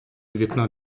вікно